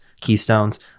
Keystones